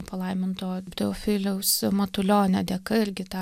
palaiminto teofiliaus matulionio dėka irgi ta